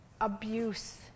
abuse